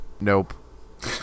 Nope